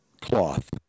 cloth